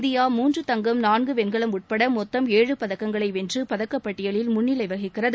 India மூன்று தங்கம் நான்கு வெண்கலம் உட்பட மொத்தம் ஏழு பதக்கங்களை வென்று பதக்கப் பட்டியலில் முன்னிலை வகிக்கிறது